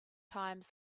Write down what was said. times